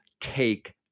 take